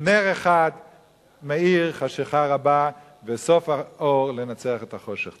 נר אחד מאיר חשכה רבה, וסוף האור לנצח את החושך.